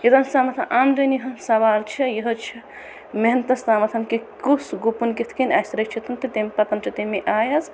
یوتنَس تامَتھ آمدَنی ہُنٛد سَوال چھُ یہِ حظ چھُ مٮ۪حنتَس تامَتھ کہِ کُس گُپُن کِتھہٕ کٔنۍ آسہِ رٔچھِتھ تہٕ تمہِ پَتہ چھِ تَمے آیہِ حظ